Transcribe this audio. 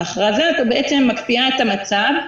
ההכרזה הזו בעצם מקפיאה את המצב,